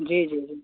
जी जी